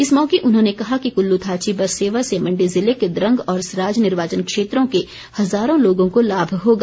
इस मौके उन्होंने कहा कि कुल्लू थाची बस सेवा से मण्डी जिले के द्रंग और सराज निर्वाचन क्षेत्रों के हज़ारों लोगों को लाभ होगा